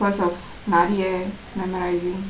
cause of நிறைய:niraiya memorisingk